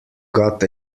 got